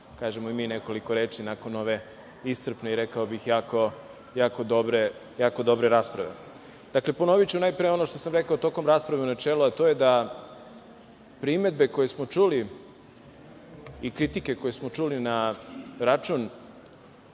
kažemo i mi nekoliko reči nakon ove iscrpne i rekao bih i jako dobre rasprave. Dakle, ponoviću najpre ono što sam rekao tokom rasprave u načelu, a to je da primedbe koje smo čuli i kritike koje smo čuli na račun